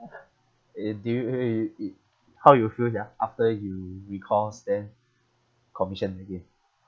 eh do it how you feel ya after you recourse then commission again